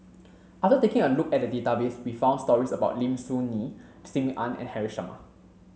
after taking a look at the database we found stories about Lim Soo Ngee Sim Ann and Haresh Sharma